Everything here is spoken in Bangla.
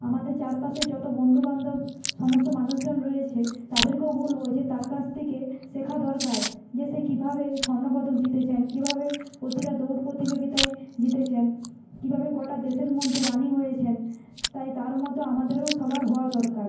আমাদের চারপাশে যত বন্ধুবান্ধব সমস্ত মানুষজন রয়েছে তাদেরকেও বলব যে তার কাছ থেকে শেখা দরকার যে সে কীভাবে স্বর্ণ পদক জিতেছেন কীভাবে প্রতিটা দৌড় প্রতিযোগিতায় জিতেছেন কীভাবে গোটা দেশের মধ্যে রানি হয়েছেন তাই তার মতো আমাদেরও সবার হওয়া দরকার